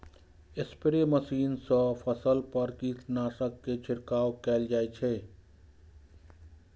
spray machine सं फसल पर कीटनाशक के छिड़काव कैल जाइ छै